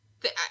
that-